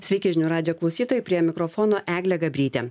sveiki žinių radijo klausytojai prie mikrofono eglė gabrytė